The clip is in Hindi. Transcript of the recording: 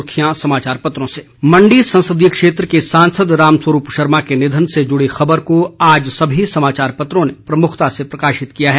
सुर्खियां समाचार पत्रों से मंडी संसदीय क्षेत्र के सांसद रामस्वरूप शर्मा के निधन से जुड़ी खबर को आज सभी समाचार पत्रों ने प्रमुखता से प्रकाशित किया है